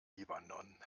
libanon